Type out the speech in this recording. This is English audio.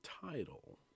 title